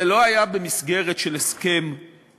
זה לא היה במסגרת של הסכם כתוב,